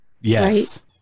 Yes